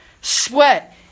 sweat